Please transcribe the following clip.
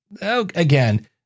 again